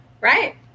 right